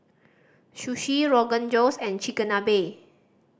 Sushi Rogan Josh and Chigenabe